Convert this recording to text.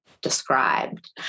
described